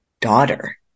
daughter